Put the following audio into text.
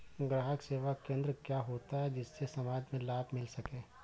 ग्राहक सेवा केंद्र क्या होता है जिससे समाज में लाभ मिल सके?